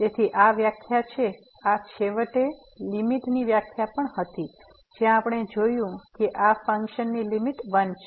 તેથી આ વ્યાખ્યા છે આ છેવટે લીમીટની વ્યાખ્યા પણ હતી જ્યાં આપણે જોયું છે કે આ ફંક્શનની લીમીટ 1 છે